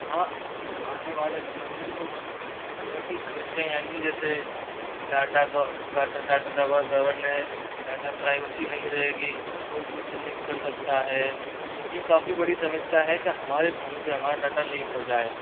हाँ आने वाले समय में कुछ अनोखी समस्याएं आएंगी जैसे डाटा गवर्नेंस डाटा प्राइवेसी नहीं रहेगी कोई भी उसे लीक कर सकता है ये काफ़ी बड़ी समस्या है के हमारे फोन से हमारा डाटा लीक हो जाए